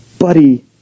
Buddy